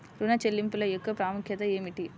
ఋణ చెల్లింపుల యొక్క ప్రాముఖ్యత ఏమిటీ?